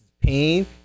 pain